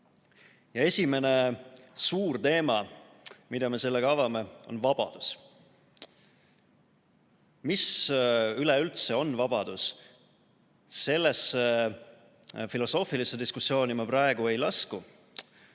inimesele. Esimene suur teema, mida me sellega avame, on vabadus. Mis üleüldse on vabadus, sellesse filosoofilisse diskussiooni ma praegu ei lasku.